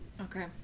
okay